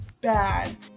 bad